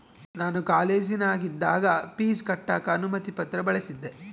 ನಾನು ಕಾಲೇಜಿನಗಿದ್ದಾಗ ಪೀಜ್ ಕಟ್ಟಕ ಅನುಮತಿ ಪತ್ರ ಬಳಿಸಿದ್ದೆ